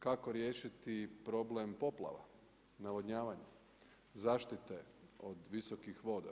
Kako riješiti problem poplava, navodnjavanja, zaštite od visokih voda?